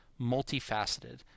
multifaceted